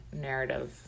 narrative